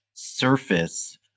Surface